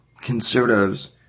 Conservatives